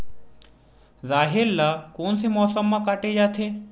राहेर ल कोन से मौसम म काटे जाथे?